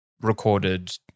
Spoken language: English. recorded